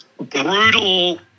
brutal